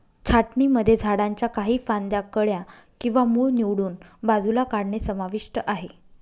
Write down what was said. छाटणीमध्ये झाडांच्या काही फांद्या, कळ्या किंवा मूळ निवडून बाजूला काढणे समाविष्ट आहे